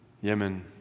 Yemen